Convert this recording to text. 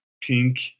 Pink